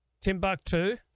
Timbuktu